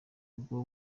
bwo